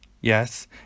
yes